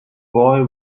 boy